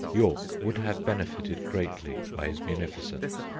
york would have benefited greatly by his munificence.